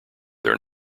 their